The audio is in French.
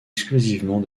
exclusivement